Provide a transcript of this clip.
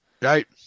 Right